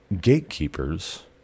Gatekeepers